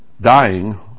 dying